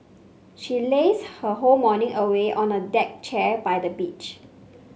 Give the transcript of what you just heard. she lazed her whole morning away on a deck chair by the beach